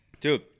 Dude